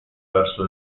verso